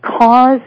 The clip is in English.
Cause